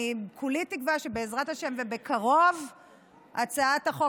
כולי תקווה שבעזרת השם ובקרוב הצעת החוק